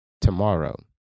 tomorrow